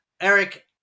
Eric